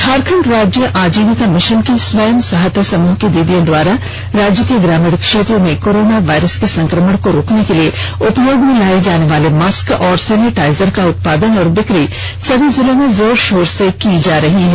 झारखंड राज्य आजीविका मिषन की स्वयं सहायता समूह की दीदियों द्वारा राज्य के ग्रामीण क्षेत्रों में कोरोना वायरस के संक्रमण को रोकने के लिए उपयोग में लाये जाने वाले मास्क और सैनिटाईजर का उत्पादन और बिक्री सभी जिलो में जोर शोर से की जा रही है